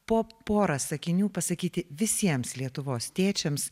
po porą sakinių pasakyti visiems lietuvos tėčiams